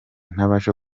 ntabasha